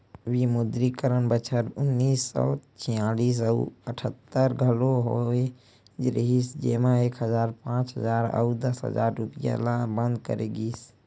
विमुद्रीकरन बछर उन्नीस सौ छियालिस अउ अठत्तर घलोक होय रिहिस जेमा एक हजार, पांच हजार अउ दस हजार रूपिया ल बंद करे गिस